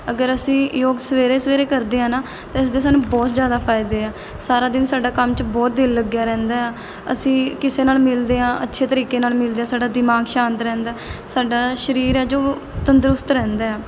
ਅਗਰ ਅਸੀਂ ਯੋਗ ਸਵੇਰੇ ਸਵੇਰੇ ਕਰਦੇ ਆ ਨਾ ਤਾਂ ਇਸਦੇ ਸਾਨੂੰ ਬਹੁਤ ਜ਼ਿਆਦਾ ਫਾਇਦੇ ਆ ਸਾਰਾ ਦਿਨ ਸਾਡਾ ਕੰਮ 'ਚ ਬਹੁਤ ਦਿਲ ਲੱਗਿਆ ਰਹਿੰਦਾ ਆ ਅਸੀਂ ਕਿਸੇ ਨਾਲ਼ ਮਿਲਦੇ ਹਾਂ ਅੱਛੇ ਤਰੀਕੇ ਨਾਲ਼ ਮਿਲਦੇ ਹਾਂ ਸਾਡਾ ਦਿਮਾਗ ਸ਼ਾਂਤ ਰਹਿੰਦਾ ਸਾਡਾ ਸਰੀਰ ਹੈ ਜੋ ਵੋ ਤੰਦਰੁਸਤ ਰਹਿੰਦਾ ਆ